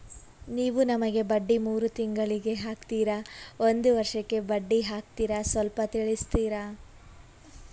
ನೀವು ನಮಗೆ ಬಡ್ಡಿ ಮೂರು ತಿಂಗಳಿಗೆ ಹಾಕ್ತಿರಾ, ಒಂದ್ ವರ್ಷಕ್ಕೆ ಒಮ್ಮೆ ಬಡ್ಡಿ ಹಾಕ್ತಿರಾ ಸ್ವಲ್ಪ ತಿಳಿಸ್ತೀರ?